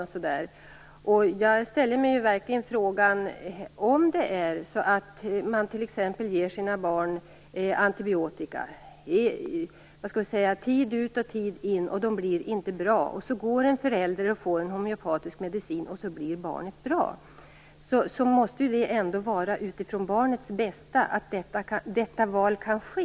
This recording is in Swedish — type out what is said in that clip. Om vi tänker oss att föräldrar tid ut och tid in ger sina barn antibiotika utan att barnen blir bra och föräldrarna sedan får en homeopatisk medicin och barnen blir bra, då måste det ju ändå vara att se till barnets bästa att se till att detta val kan ske.